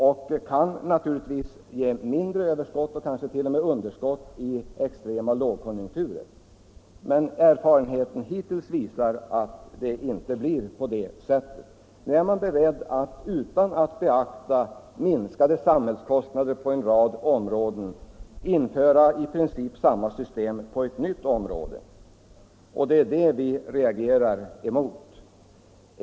Det kan naturligtvis ge ett mindre överskott och kanske t.o.m. underskott i extrema lågkonjunkturer. Men erfarenheten hittills visar att det inte bör bli på det sättet. Nu är man beredd att utan att beakta att det blir minskade samhällskostnader på andra håll införa i princip samma system på ett nytt område, och det är det vi reagerar emot.